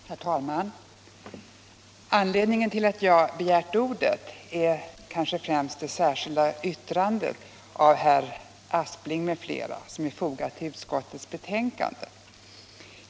Herr talman! Anledningen till att jag begärt ordet är kanske främst det särskilda yttrande av herr Aspling m.fl. som är fogat till utskottets betänkande.